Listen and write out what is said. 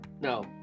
No